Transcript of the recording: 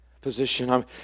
position